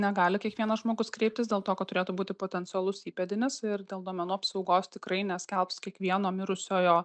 negali kiekvienas žmogus kreiptis dėl to kad turėtų būti potencialus įpėdinis ir dėl duomenų apsaugos tikrai neskelbs kiekvieno mirusiojo